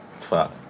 Fuck